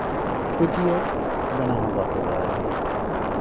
ᱯᱟᱹᱴᱭᱟᱹ ᱵᱮᱱᱟᱣ ᱦᱚᱸ ᱵᱟᱠᱚ ᱯᱟᱲᱟᱭᱟ